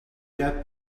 get